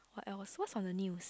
but I was watch on the news